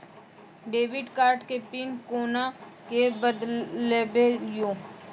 Debit card के PIN कोना के बदलबै यो?